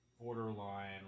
borderline